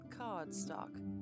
Cardstock